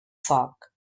foc